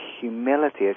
humility